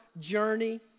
journey